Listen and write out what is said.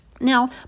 Now